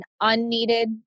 unneeded